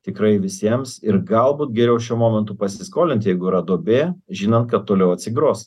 tikrai visiems ir galbūt geriau šiuo momentu pasiskolinti jeigu yra duobė žinant kad toliau atsigros